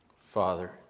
Father